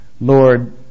Lord